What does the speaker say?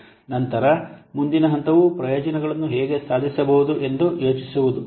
ನಂತರ ಮುಂದಿನ ಹಂತವು ಪ್ರಯೋಜನಗಳನ್ನು ಹೇಗೆ ಸಾಧಿಸಬಹುದು ಎಂದು ಯೋಜಿಸುವುದು